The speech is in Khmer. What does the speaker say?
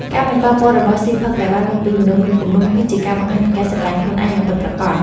ការមិនប៉ះពាល់របស់ស៊ីផឹកដែលបានមកពីមនុស្សមានគំនុំគឺជាការបង្ហាញពីការស្រឡាញ់ខ្លួនឯងយ៉ាងពិតប្រាកដ។